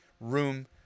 room